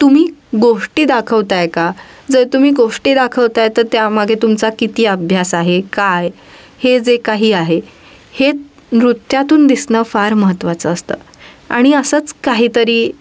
तुम्ही गोष्टी दाखवताय का जर तुम्ही गोष्टी दाखवताय तर त्यामागे तुमचा किती अभ्यास आहे काय हे जे काही आहे हे नृत्यातून दिसणं फार महत्त्वाचं असतं आणि असंच काहीतरी